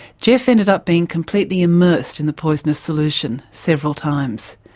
geoff ended up being completely immersed in the poisonous solution several times.